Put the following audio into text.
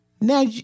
Now